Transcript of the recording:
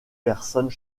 personnes